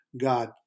God